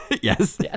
Yes